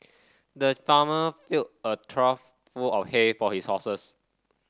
the farmer filled a trough full of hay for his horses